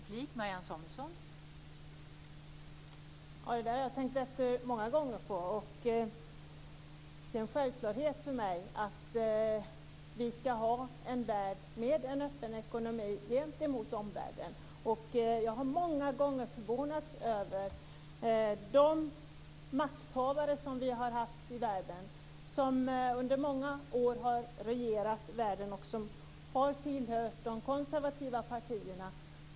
Fru talman! Det har jag tänkt på många gånger. Det är en självklarhet för mig att vi ska ha en värld med en öppen ekonomi gentemot omvärlden. Jag har många gånger förvånats över de makthavare som under många år har regerat världen och som har tillhört de konservativa partierna.